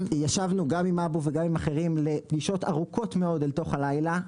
ישבנו גם עם אבו וגם עם אחרים לפגישות ארוכות מאוד אל תוך הלילה,